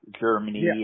Germany